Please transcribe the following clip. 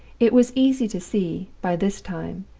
it was easy to see, by this time,